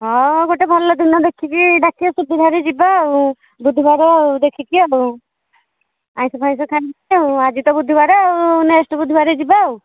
ହଁ ଗୋଟେ ଭଲ ଦିନ ଦେଖିକି ଡ଼ାକିବ ସୁବିଧାରେ ଯିବା ଆଉ ବୁଧବାର ଦେଖିକି ଆଉ ଆଇଁଷ ଫାଇଁଷ ଖାଇବା ଆଜି ତ ବୁଧବାର ଆଉ ନେକ୍ସଟ୍ ବୁଧବାରେ ଯିବା ଆଉ